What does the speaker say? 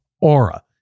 Aura